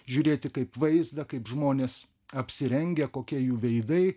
žiūrėti kaip vaizdą kaip žmonės apsirengę kokie jų veidai